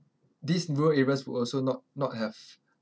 these rural areas will also not not have